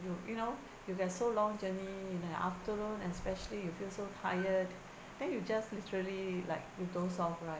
you you know you can so long journey in the afternoon especially you feel so tired then you just literally like you doze off right